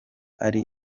ari